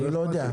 לא,